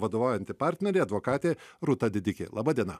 vadovaujanti partnerė advokatė rūta didikė laba diena